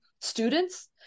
students